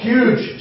Huge